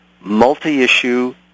multi-issue